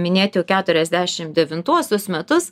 minėt jau keturiasdešim devintuosius metus